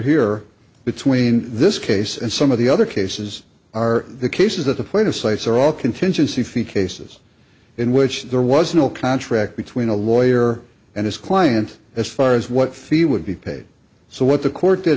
here between this case and some of the other cases are the cases that the point of cites are all contingency fee cases in which there was no contract between a lawyer and his client as far as what fee would be paid so what the co